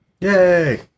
Yay